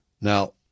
Now